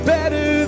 Better